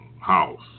house